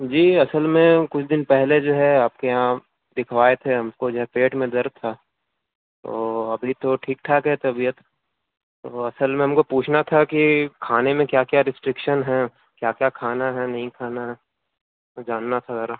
جی اصل میں کچھ دن پہلے جو ہے آپ کے یہاں دکھوائے تھے ہم کو جو ہے پیٹ میں درد تھا ابھی تو ٹھیک ٹھاک ہے طبیعت تو اصل میں ہم کو پوچھنا تھا کہ کھانے میں کیا کیا رسٹرکشن ہیں کیا کیا کھانا ہے نہیں کھانا ہے جاننا تھا ذرا